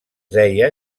deia